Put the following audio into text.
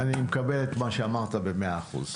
אני מקבל את מה שאמרת במאה אחוז.